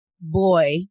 boy